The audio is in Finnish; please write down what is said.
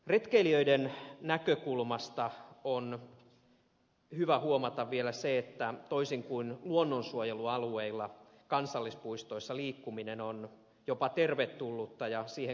retkeilijöiden näkökulmasta on hyvä huomata vielä se että toisin kuin luonnonsuojelualueilla kansallispuistoissa liikkuminen on jopa tervetullutta ja siihen kannustetaan